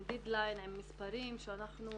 עם דד ליין, עם מספרים, על כך שאנחנו